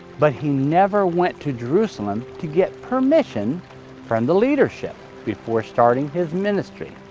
but he never went to jerusalem to get permission from the leadership before starting his ministry.